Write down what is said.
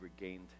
regained